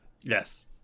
Yes